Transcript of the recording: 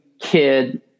kid